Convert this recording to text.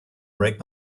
break